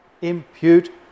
impute